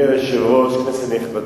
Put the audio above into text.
היושב-ראש, כנסת נכבדה,